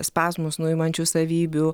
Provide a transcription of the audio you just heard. spazmus nuimančių savybių